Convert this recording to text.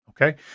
Okay